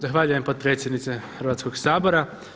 Zahvaljujem potpredsjednice Hrvatskoga sabora.